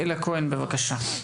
בבקשה.